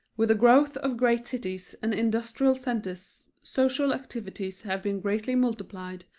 with the growth of great cities and industrial centers social activities have been greatly multiplied,